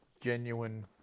genuine